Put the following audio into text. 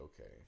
okay